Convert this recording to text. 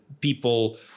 people